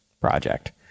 project